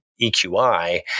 EQI